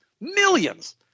millions